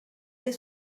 dès